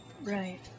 Right